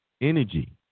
energy